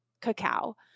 cacao